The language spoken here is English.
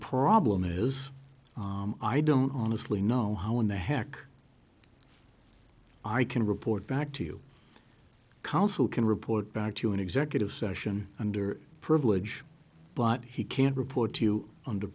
problem is i don't honestly know how in the heck i can report back to council can report back to an executive session under privilege but he can't report